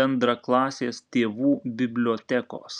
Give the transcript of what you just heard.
bendraklasės tėvų bibliotekos